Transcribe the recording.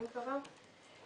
אני מקווה.